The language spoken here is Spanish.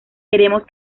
queremos